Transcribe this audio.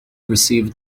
received